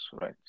right